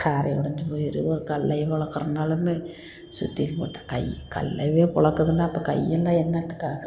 கால் ஒடைஞ்சி போயிடும் கல்லையும் பொளக்குறதுனாலுமே சுத்தியல் போட்டால் கை கல்லயே பொளக்குதுனா அப்பா கை எல்லாம் என்னாத்துக்கு ஆகுறது